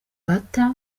bata